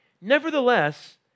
Nevertheless